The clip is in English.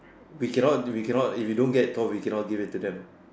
we can not we can not if you don't get it all we can not give it to them